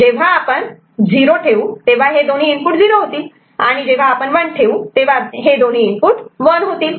जेव्हा आपण 0 ठेवू तेव्हा हे दोन्ही इनपुट 0 होतील आणि जेव्हा आपण 1 ठेवू तेव्हा हे दोन्ही इनपुट 1 होतील